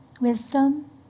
wisdom